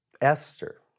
Esther